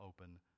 open